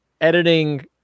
editing